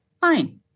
Fine